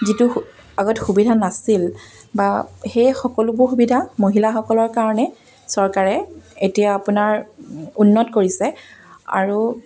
যিটো আগত সুবিধা নাছিল বা সেই সকলোবোৰ সুবিধা মহিলাসকলৰ কাৰণে চৰকাৰে এতিয়া আপোনাৰ উন্নত কৰিছে আৰু